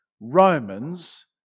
Romans